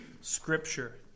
Scripture